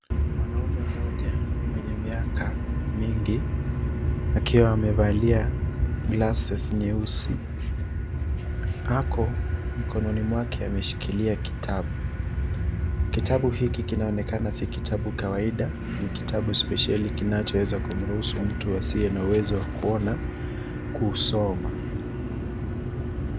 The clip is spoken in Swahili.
Mwanaume mmoja ,mwenye miaka mingi, akiwa amevalia glasses nyeusi. Ako ,mkononi mwake ameshikilia kitabu. Kitabu hiki kinaonekana si kitabu kawaida ni kitabu spesheli kinachoweza kumruhusu mtu asiye na uwezo wa kuona, kuusoma.